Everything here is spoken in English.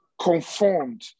conformed